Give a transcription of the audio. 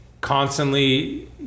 Constantly